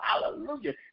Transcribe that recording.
Hallelujah